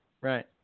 Right